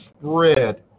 Spread